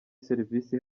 servisi